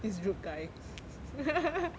this rude guy